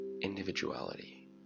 Individuality